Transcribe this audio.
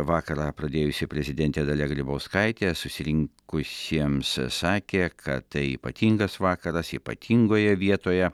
vakarą pradėjusi prezidentė dalia grybauskaitė susirinkusiems sakė kad tai ypatingas vakaras ypatingoje vietoje